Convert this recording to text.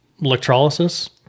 electrolysis